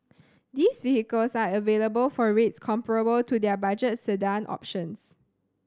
these vehicles are available for rates comparable to their budget sedan options